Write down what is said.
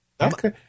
Okay